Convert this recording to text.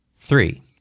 Three